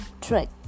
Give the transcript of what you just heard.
trick